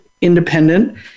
independent